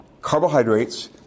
carbohydrates